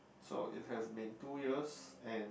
so it has been two years and